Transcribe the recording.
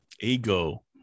Ego